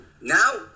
Now